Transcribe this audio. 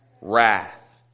Wrath